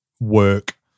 work